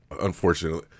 Unfortunately